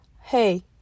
hey